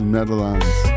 Netherlands